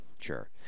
sure